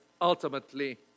ultimately